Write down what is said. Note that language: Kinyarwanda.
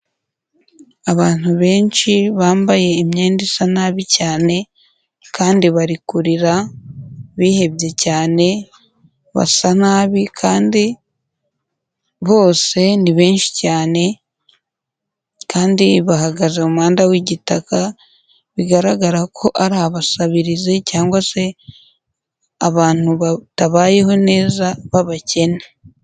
Abantu benshi bambaye imyenda isa nabi cyane, kandi bari kurira, bihebye cyane, basa nabi kandi bose ni benshi cyane, kandi bahagaze mu muhanda w'igitaka bigaragara ko ari abasabirizi cyangwa se abantu batabayeho neza b'abakene.